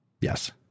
Yes